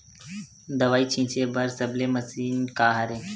दवाई छिंचे बर सबले मशीन का हरे?